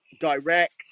direct